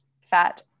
fat